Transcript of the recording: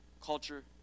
culture